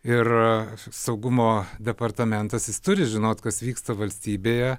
ir saugumo departamentas jis turi žinoti kas vyksta valstybėje